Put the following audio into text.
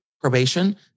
probation